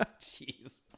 Jeez